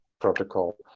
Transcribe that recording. protocol